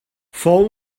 fou